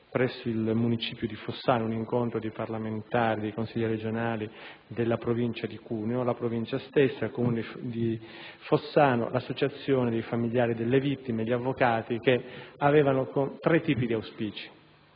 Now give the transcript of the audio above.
presso il municipio di Fossano un incontro tra parlamentari, consiglieri regionali della Provincia di Cuneo, la Provincia stessa, il Comune di Fossano, l'Associazione dei familiari delle vittime e gli avvocati, in cui sono stati espressi tre tipi di auspici: